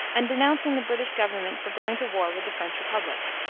and denouncing the british government for going to war with the french republic.